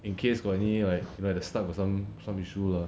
in case got any like like the start got some some issue lah